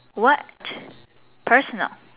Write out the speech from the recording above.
what personal